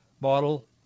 model